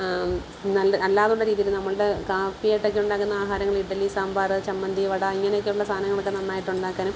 നല്ല അല്ലാതെയുള്ള രീതിയിൽ നമ്മളുടെ കാപ്പിയായിട്ടൊക്കെ ഉണ്ടാക്കുന്ന ആഹാരങ്ങൾ ഇഡലി സാമ്പാറ് ചമ്മന്തി വട ഇങ്ങനെയൊക്കെയുള്ള സാധനങ്ങളൊക്കെ നന്നായിട്ട് ഉണ്ടാക്കാനും